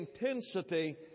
intensity